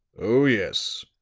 oh, yes,